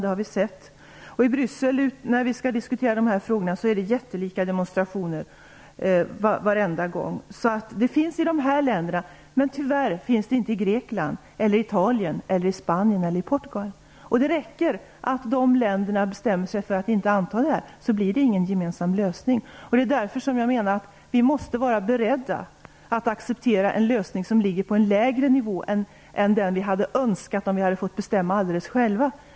Det är jättelika demonstrationer i Bryssel varenda gång när vi skall diskutera dessa frågor. Det finns en konsumentopinion i dessa länder. Men det finns tyvärr inte i Grekland, Italien, Spanien eller Portugal. Det räcker att de länderna bestämmer sig för att inte anta förslaget, och då blir det inte en gemensam lösning. Det är därför som jag menar att vi måste vara beredda att acceptera en lösning som ligger på en lägre nivå än den vi hade önskat om vi hade fått bestämma alldeles själva.